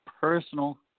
personal